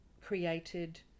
created